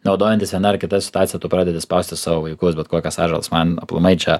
naudojantis viena ar kita situacija tu pradedi spausti savo vaikus bet kokias atžalas man aplamai čia